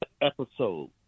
episode